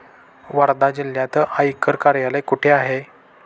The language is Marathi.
वर्धा जिल्ह्यात आयकर कार्यालय कुठे आहे?